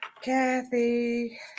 Kathy